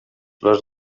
les